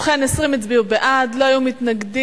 ובכן, 20 הצביעו בעד, לא היו מתנגדים.